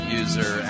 user